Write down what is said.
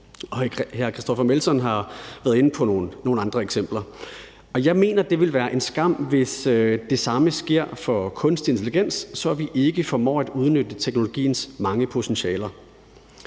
og hr. Christoffer Aagaard Melson har været inde på nogle andre eksempler, og jeg mener, at det vil være en skam, hvis det samme sker i forhold til kunstig intelligens, så vi ikke formår at udnytte teknologiens mange potentialer.